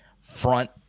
front